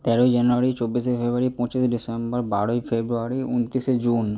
তেরোই জানুয়ারি চব্বিশে ফেব্রুয়ারি পঁচিশে ডিসেম্বর বারোই ফেব্রুয়ারি উনত্রিশে জুন